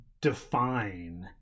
define